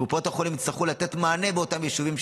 קופות החולים יצטרכו לתת מענה באותם יישובים.